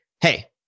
Hey